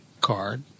card